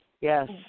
Yes